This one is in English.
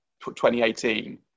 2018